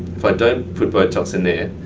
if i don't put botox in there,